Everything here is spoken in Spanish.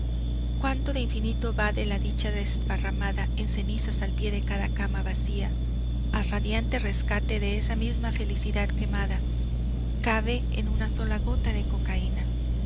cuánto de infinito va de la dicha desparramada en cenizas al pie de cada cama vacía al radiante rescate de esa misma felicidad quemada cabe en una sola gota de cocaína